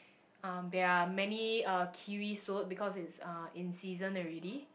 um there are many uh kiwi sold because it's uh in season already